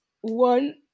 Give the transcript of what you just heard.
one